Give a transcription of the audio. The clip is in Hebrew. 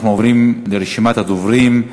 אנחנו עוברים לרשימת הדוברים.